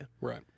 Right